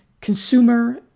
consumer